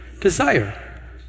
Desire